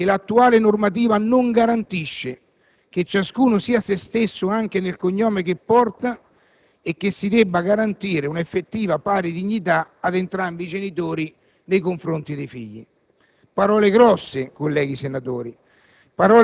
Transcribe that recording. All'inizio della relazione si dice che l'attuale normativa non garantisce che ciascuno sia se stesso anche nel cognome che porta e che si debba garantire un'effettiva pari dignità ad entrambi i genitori nei confronti dei figli.